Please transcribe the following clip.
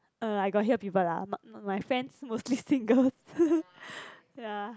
uh I got hear people lah but my friends mostly single ya